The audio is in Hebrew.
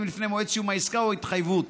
לפני מועד סיום העסקה או ההתחייבות,